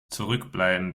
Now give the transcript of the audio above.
zurückbleiben